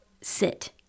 sit